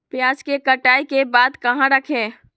प्याज के कटाई के बाद कहा रखें?